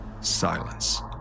silence